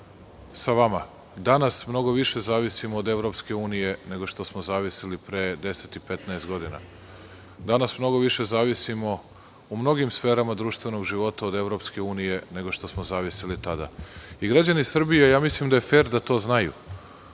sa vama. Danas mnogo više zavisimo od EU nego što smo zavisili pre 10 i 15 godina. Danas mnogo više zavisimo u mnogim sferama društvenog života od EU, nego što smo zavisili tada. Građani Srbije mislim da je fer da to znaju,